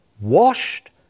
washed